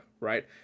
right